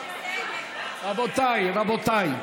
רבותיי,